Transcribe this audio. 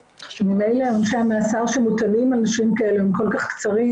שממילא עונשי המאסר שמוטלים על נשים כאלה הם כל כך קצרים